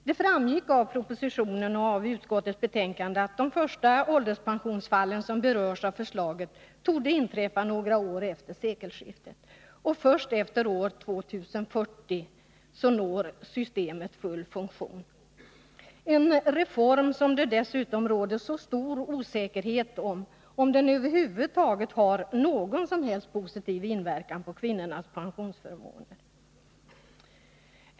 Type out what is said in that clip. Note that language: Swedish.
Det framgår av propositionen och utskottsbetänkandet att de första ålderspensionsfall som berörs av förslaget torde inträffa några år efter sekelskiftet, och först efter år 2040 når systemet full funktion — en reform som det dessutom råder så stor osäkerhet om huruvida den över huvud taget har någon positiv inverkan på kvinnornas pensionsförmåner.